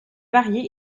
variée